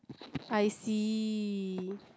I see